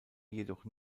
jedoch